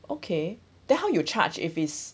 okay then how you charge if it's